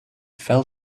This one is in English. fell